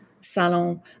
salon